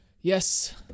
yes